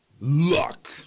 Luck